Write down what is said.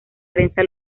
prensa